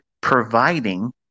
providing